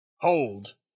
Hold